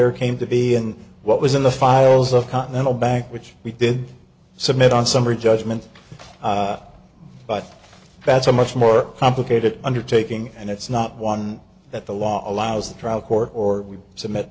letter came to be and what was in the files of continental bank which we did submit on summary judgment but that's a much more complicated undertaking and it's not one that the law allows the trial court or we submit